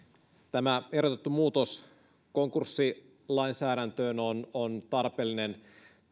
tämä ehdotettu muutos konkurssilainsäädäntöön on on tarpeellinen